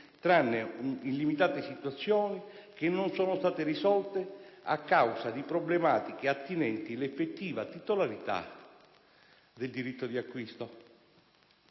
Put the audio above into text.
tranne in limitate situazioni, che non sono state risolte a causa di problematiche attinenti l'effettiva titolarità del diritto all'acquisto.